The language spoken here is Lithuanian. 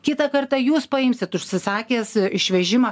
kitą kartą jūs paimsit užsisakęs išvežimą